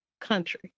country